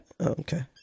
Okay